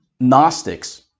gnostics